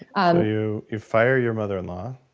um you you fire your mother-in-law?